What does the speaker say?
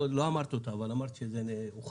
לא אמרת אותה אבל אמרת שזה הוכרע